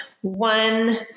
one